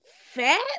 fat